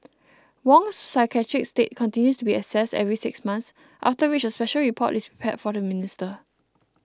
Wong's psychiatric state continues to be assessed every six months after which a special report is prepared for the minister